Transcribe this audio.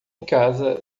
casa